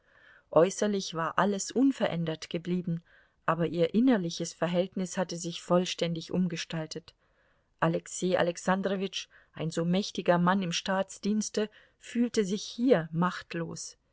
äußerlich war alles unverändert geblieben aber ihr innerliches verhältnis hatte sich vollständig umgestaltet alexei alexandrowitsch ein so mächtiger mann im staatsdienste fühlte sich hier machtlos